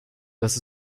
dass